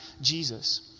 Jesus